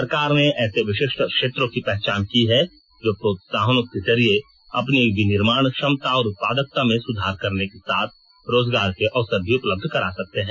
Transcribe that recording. सरकार ने ऐसे विशिष्ट क्षेत्रों की पहचान की है जो प्रोत्साहनों के जरिए अपनी विनिर्माण क्षमता और उत्पादकता में सुधार करने के साथ रोजगार के अवसर भी उपलब्ध करा सकते हैं